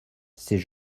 c’est